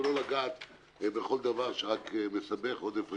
ולא לגעת בכל דבר שרק מסבך עודף רגולציה,